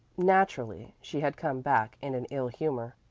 naturally she had come back in an ill humor.